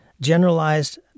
generalized